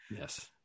Yes